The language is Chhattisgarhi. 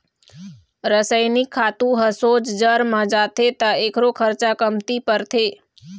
रसइनिक खातू ह सोझ जर म जाथे त एखरो खरचा कमती परथे